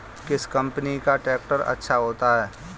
किस कंपनी का ट्रैक्टर अच्छा होता है?